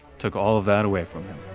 took all of that away from him.